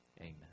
Amen